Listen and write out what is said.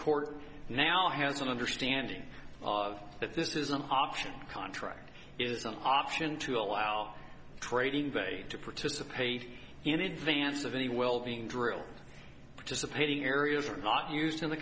court now has an understanding of that this is an option contract is an option to allow trading day to participate in advance of any well being drilled dissipating areas are not used in the